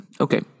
Okay